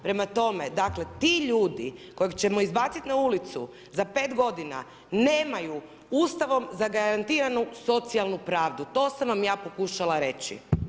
Prema tome, dakle, ti ljudi, kojeg ćemo izbaciti na ulicu za 5 g. nemaju Ustavom zagarantirano socijalnu pravdu, to sam vam ja pokušala reći.